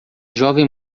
jovem